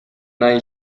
nahi